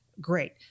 Great